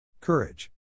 Courage